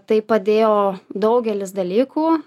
tai padėjo daugelis dalykų